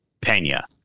Pena